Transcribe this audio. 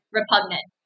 repugnant